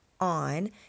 on